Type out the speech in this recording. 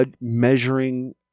measuring